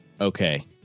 okay